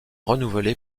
renouvelés